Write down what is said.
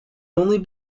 only